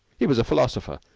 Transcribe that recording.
he was a philosopher,